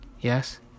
yes